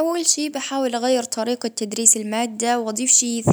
أول شي بحاول أغير طريقة تدريس المادة